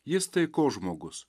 jis taikos žmogus